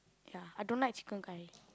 ya I don't like chicken curry